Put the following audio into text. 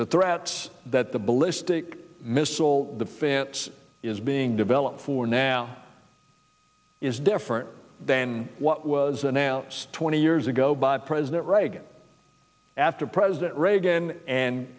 the threats that the ballistic missile defense is being developed for now is different than what was announced twenty years ago by president reagan after president reagan and